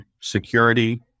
security